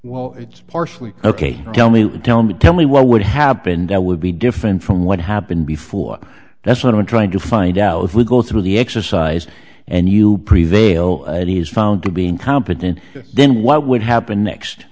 well it's partially ok tell me tell me tell me what would have been that would be different from what happened before that's what i'm trying to find out if we go through the exercise and you prevail and he is found to be incompetent then what would happen next